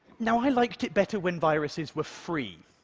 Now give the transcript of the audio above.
now i liked it better when viruses were free.